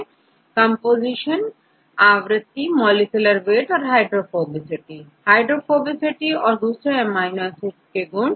छात्र composition composition आवृत्ति molecular weight hydrophobicity hydrophobicity और दूसरे एमिनो एसिड के गुण